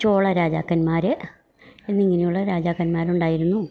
ചോള രാജാക്കന്മാര് എന്നിങ്ങനെയുള്ള രാജാക്കന്മാരുണ്ടായിരുന്നു